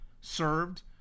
served